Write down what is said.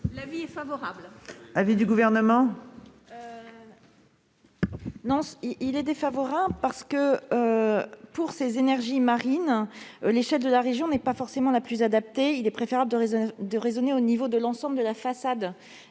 L'avis est favorable.